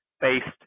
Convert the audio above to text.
based